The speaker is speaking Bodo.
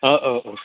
औ औ